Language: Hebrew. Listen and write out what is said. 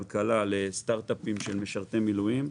לסטארט-אפים של משרתי מילואים.